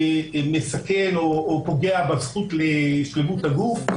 מסכן או פוגע בזכות לשלמות הגוף.